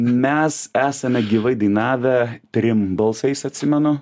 mes esame gyvai dainavę trim balsais atsimenu